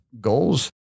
Goals